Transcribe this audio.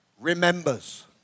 remembers